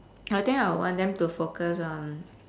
I think I would want them to focus on